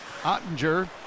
Ottinger